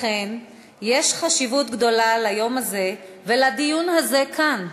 לכן, יש חשיבות גדולה ליום הזה ולדיון הזה כאן,